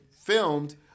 filmed